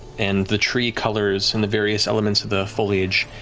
and the tree colors and the various elements of the foliage